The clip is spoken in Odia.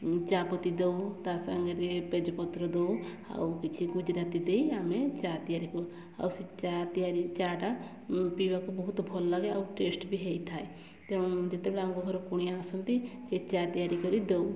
ଚା ପତି ଦେଉ ତା ସାଙ୍ଗରେ ତେଜ ପତ୍ର ଦେଉ ଆଉ ତା ସାଙ୍ଗରେ ସେଇ ଗୁଜୁରାତି ଦେଇ ଆମେ ଚା ତିଆରି କରୁ ଆଉ ସେ ଚା ତିଆରି ଚା ଟା ପିଇବାକୁ ବହୁତ ଭଲ ଲାଗେ ଆଉ ଟେଷ୍ଟ୍ ବି ହୋଇଥାଏ ତେଣୁ ଯେତେବେଳେ ଆମ ଘରକୁ କୁଣିଆ ଆସନ୍ତି ସେ ଚା ତିଆରି କରି ଦେଉ